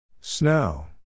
Snow